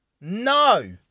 no